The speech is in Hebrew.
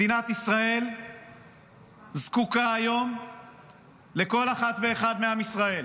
מדינת ישראל זקוקה היום לכל אחת ואחד מעם ישראל